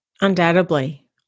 Undoubtedly